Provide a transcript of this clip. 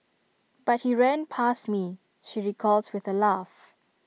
but he ran past me she recalls with A laugh